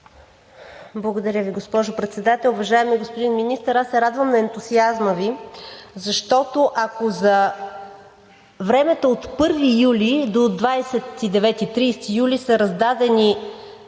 Благодаря Ви, госпожо Председател. Уважаеми господин Министър, аз се радвам на ентусиазма Ви, защото ако за времето от 1 юли до 29 – 30 юли са раздадени